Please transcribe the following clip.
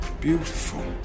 beautiful